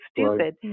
stupid